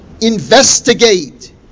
investigate